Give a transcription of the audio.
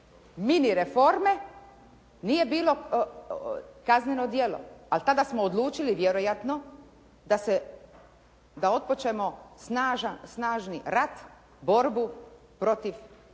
mini reforme nije bilo kazneno djelo, ali tada smo odlučili vjerojatno da se, da otpočnemo snažni rat, borbu protiv